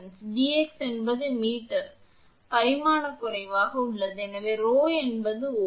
எனவே dx என்பது metre dimension பரிமாணம் குறைவாக உள்ளது எனவே 𝜌 என்பது Ω